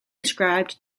ascribed